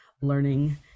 learning